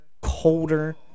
colder